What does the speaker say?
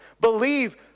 believe